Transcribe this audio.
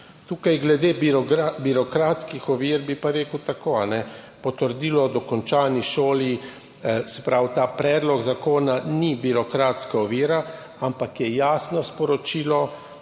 cesti. Glede birokratskih ovir bi pa rekel tako, potrdilo o dokončani šoli v tem predlogu zakona ni birokratska ovira, ampak je jasno sporočilo,